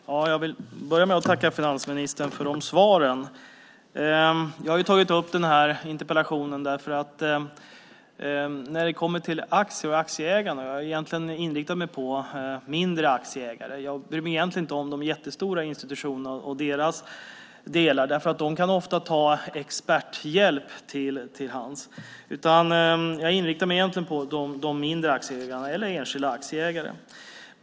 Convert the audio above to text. Herr talman! Jag vill börja med att tacka finansministern för de svaren. Jag har skrivit den här interpellationen när det gäller aktier och aktieägarna. Jag har inriktat mig på de mindre aktieägarna. Jag bryr mig egentligen inte om de jättestora institutionerna och deras delar. De har nämligen ofta experthjälp till hands. Jag inriktar mig på de mindre aktieägarna eller enskilda aktieägare.